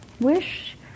wish